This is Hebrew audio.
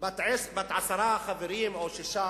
בת עשרה חברים או שישה,